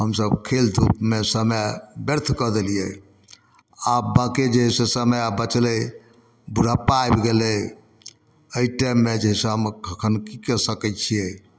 हमसब खेल धुपमे समय व्यर्थ कऽ देलियै आब बाकी जे है से समय आब बचलै बुढ़ापा आबि गेलै एहि टाइममे जे है से हम अखन कि कए सकै छियै